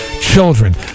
children